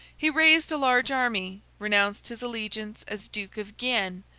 he raised a large army, renounced his allegiance as duke of guienne,